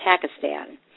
Pakistan